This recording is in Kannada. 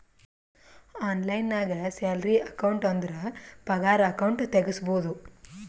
ಆನ್ಲೈನ್ ನಾಗ್ ಸ್ಯಾಲರಿ ಅಕೌಂಟ್ ಅಂದುರ್ ಪಗಾರ ಅಕೌಂಟ್ ತೆಗುಸ್ಬೋದು